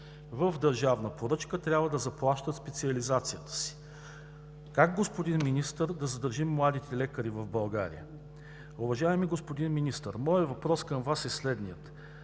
в държавна поръчка, трябва да заплащат специализацията си. Как, господин Министър, да задържим младите лекари в България? Уважаеми господин Министър, въпросът ми към Вас е следният: